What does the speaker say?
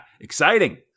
exciting